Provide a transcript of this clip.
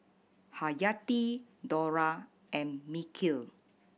Haryati Dollah and Mikhail